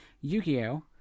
Yu-Gi-Oh